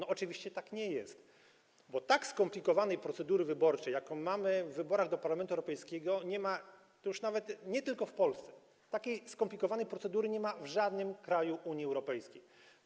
Oczywiście tak nie jest, bo tak skomplikowanej procedury wyborczej, jaką mamy w wyborach do Parlamentu Europejskiego, nie ma już nawet nie tylko w Polsce, tak skomplikowanej procedury nie ma w żadnym kraju Unii Europejskiej.